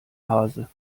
hase